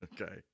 Okay